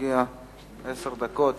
מגיעות עשר דקות